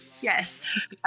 yes